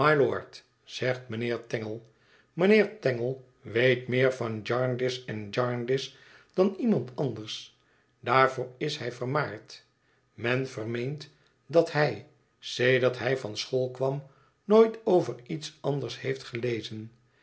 tangle weet meer van jarndyce en jarndyce dan iemand anders daarvoor is hij vermaard men vermeent dat hij sedert hij van school kwam nooit over iets anders heeft gelezen